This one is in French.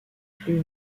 plus